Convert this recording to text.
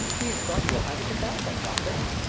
he has brought you a pipe of tobacco, doctor.